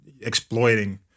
exploiting